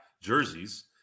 jerseys